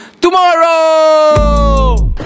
tomorrow